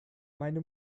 meine